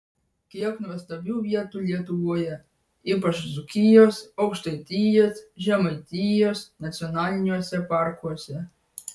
kiek nuostabių vietų lietuvoje ypač dzūkijos aukštaitijos žemaitijos nacionaliniuose parkuose